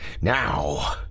Now